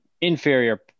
inferior